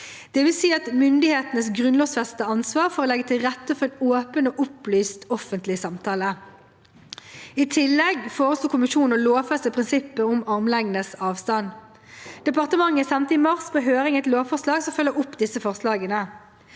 dvs. myndighetenes grunnlovfestede ansvar for å legge til rette for en åpen og opplyst offentlig samtale. I tillegg foreslo kommisjonen å lovfeste prinsippet om armlengdes avstand. Departementet sendte i mars på høring et lovforslag som følger opp disse forslagene.